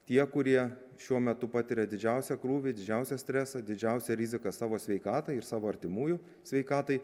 tie kurie šiuo metu patiria didžiausią krūvį didžiausią stresą didžiausią riziką savo sveikatai ir savo artimųjų sveikatai